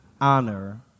Honor